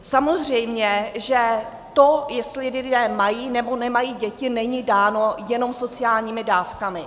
Samozřejmě že to, jestli lidé mají, nebo nemají děti, není dáno jenom sociálními dávkami.